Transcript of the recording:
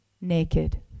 naked